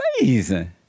Amazing